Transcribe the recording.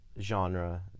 genre